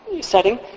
setting